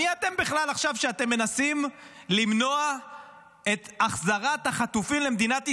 מי אתם בכלל עכשיו שאתם מנסים למנוע את החזרת החטופים למדינת ישראל?